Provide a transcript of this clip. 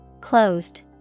Closed